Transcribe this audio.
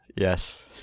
Yes